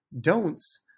Don'ts